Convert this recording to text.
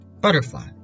butterfly